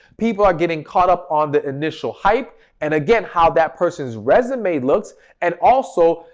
people are getting caught up on the initial hype and again, how that person's resume looks and also,